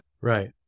right